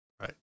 Right